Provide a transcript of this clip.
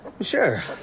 Sure